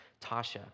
Tasha